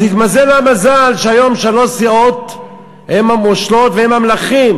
התמזל לה המזל שהיום שלוש סיעות הן המושלות והן המלכים,